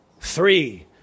Three